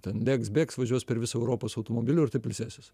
ten degs bėgs važiuos per visą europą su automobiliu ir taip ilsėsis